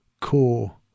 core